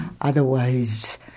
Otherwise